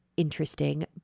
Interesting